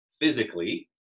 physically